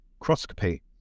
microscopy